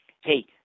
hey